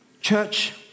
Church